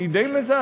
שהיא די מזעזעת.